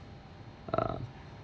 uh